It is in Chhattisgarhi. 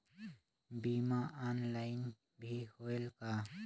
बीमा ऑनलाइन भी होयल का?